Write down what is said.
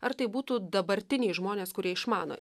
ar tai būtų dabartiniai žmonės kurie išmano